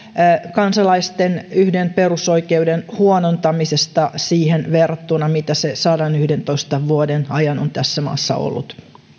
kansalaisten yhden perusoikeuden huonontamisesta siihen verrattuna mitä se sadanyhdentoista vuoden ajan on tässä maassa ollut